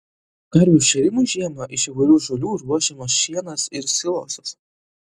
karvių šėrimui žiemą iš įvairių žolių ruošiamas šienas ir silosas